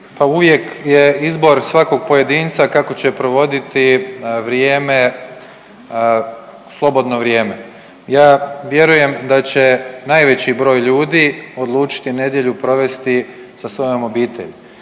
uvijek je izbor svakog pojedinca kako će provoditi vrijeme, slobodno vrijeme. Ja vjerujem da će najveći broj ljudi odlučiti nedjelju provesti sa svojom obitelji.